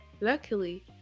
Luckily